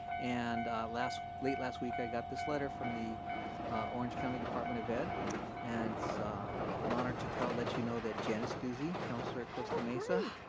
and late last week, i got this letter from the orange county department of ed and so an honor to tell let you know that janice duzey, counselor at costa mesa.